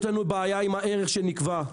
יש לנו בעיה עם הערך שנקבע.